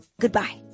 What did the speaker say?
Goodbye